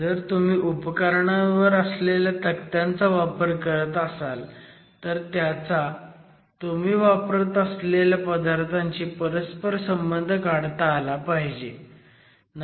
जर तुम्ही उपकरणावर असलेल्या तक्त्यांचा वापर करत असाल तर त्याचा तुम्ही वापरत असलेल्या पदार्थांशी परस्परसंबंध काढता आला पाहिजे